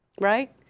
Right